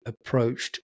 approached